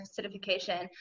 acidification